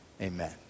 Amen